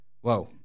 Whoa